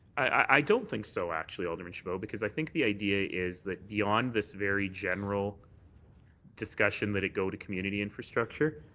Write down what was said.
i don't think so, actually, alderman chabot, because i think the idea is that beyond this very general discussion that it go to community infrastructure,